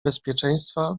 bezpieczeństwa